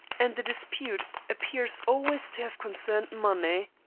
and the dispute appears always to have concerned money.